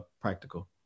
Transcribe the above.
practical